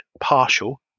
partial